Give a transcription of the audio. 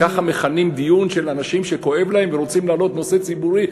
ככה מכנים דיון של אנשים שכואב להם ורוצים להעלות נושא ציבורי,